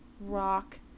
rock